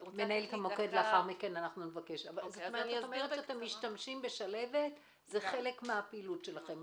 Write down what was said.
כלומר אתם משתמשים בשלהבת, זה חלק מהפעילות שלכם.